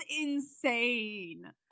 insane